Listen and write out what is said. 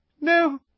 No